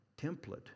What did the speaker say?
template